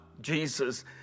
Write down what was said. Jesus